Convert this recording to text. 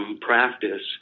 practice